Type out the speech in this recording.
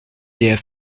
der